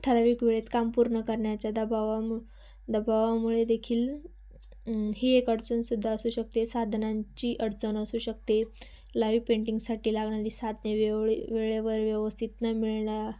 ठराविक वेळेत काम पूर्ण करण्याच्या दबावाम दबावामुळे देखील ही एक अडचण सुद्धा असू शकते साधनांची अडचण असू शकते लाईव पेंटिंगसाठी लागणारी साधने वेवळी वेळेवर व्यवस्थित न मिळण्या